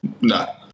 No